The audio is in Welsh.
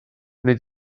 wnei